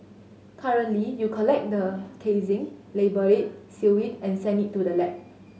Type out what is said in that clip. currently you collect the casing label it seal it and send it to the lab